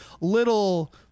little